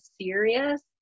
serious